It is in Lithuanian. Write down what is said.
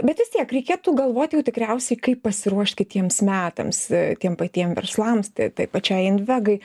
bet vis tiek reikėtų galvot jau tikriausiai kaip pasiruošt kitiems metams tiem patiem verslams tai tai pačiai invegai